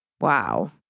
Wow